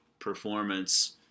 performance